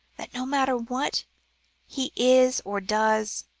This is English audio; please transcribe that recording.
that, no matter what he is, or does,